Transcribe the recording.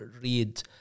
read